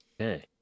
Okay